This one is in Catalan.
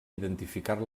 identificar